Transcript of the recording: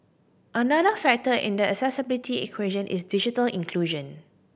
another factor in the accessibility equation is digital inclusion